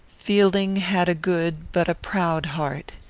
fielding had a good but a proud heart.